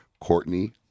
Courtney